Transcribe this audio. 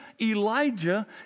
Elijah